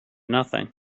nothing